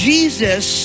Jesus